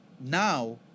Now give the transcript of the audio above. Now